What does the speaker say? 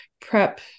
prep